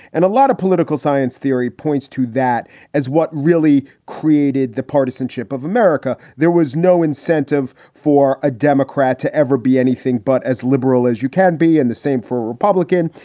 and a lot of political science theory points to that as what really created the partisanship of america. there was no incentive for a democrat to ever be anything but as liberal as you can be. and the same for republicans.